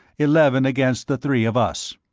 eleven, against the three of us.